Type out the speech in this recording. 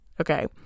Okay